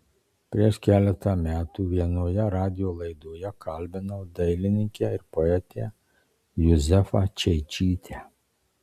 prieš keletą metų vienoje radijo laidoje kalbinau dailininkę ir poetę juzefą čeičytę